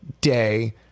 day